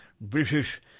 British